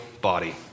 body